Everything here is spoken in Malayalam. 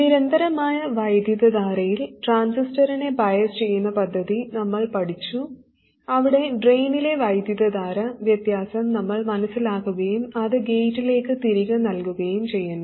നിരന്തരമായ വൈദ്യുതധാരയിൽ ട്രാൻസിസ്റ്ററിനെ ബയസ് ചെയ്യുന്ന പദ്ധതി നമ്മൾ പഠിച്ചു അവിടെ ഡ്രെയിനിലെ വൈദ്യുതധാര വ്യത്യാസം നമ്മൾ മനസ്സിലാക്കുകയും അത് ഗേറ്റിലേക്ക് തിരികെ നൽകുകയും ചെയ്യുന്നു